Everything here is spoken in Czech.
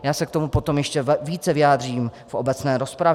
Já se k tomu potom ještě více vyjádřím v obecné rozpravě.